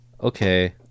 okay